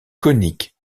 coniques